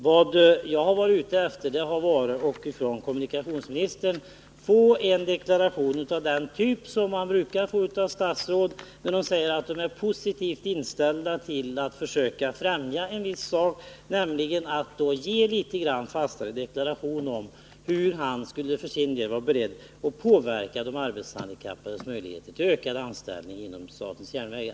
Vad jag har varit ute efter att få från kommunikationsministern har varit en deklaration av den typ som statsråd brukar avge när de säger sig vara positivt inställda till en sak och vilja främja den. I det här fallet borde det lämnas en något bestämdare deklaration om huruvida kommunikationsministern för sin del är beredd att påverka de arbetshandikappades möjligheter till ökad anställning vid statens järnvägar.